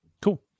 Cool